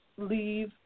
leave